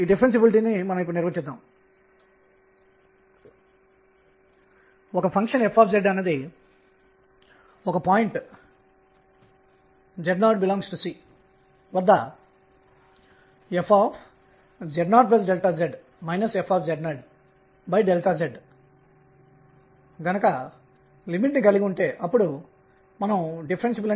p అనేది చరరాశి కి సంబంధించినది ఇది ∂E φ ̇ గా ఉంది ఇది mr2ϕ ̇మరియు అది యాంగులర్ మొమెంటం యొక్క డైమెన్షన్ లను కలిగి ఉంటుంది